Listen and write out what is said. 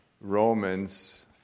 Romans